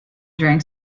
drank